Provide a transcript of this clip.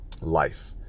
life